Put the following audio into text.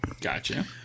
gotcha